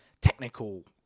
technical